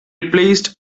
replaced